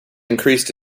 increased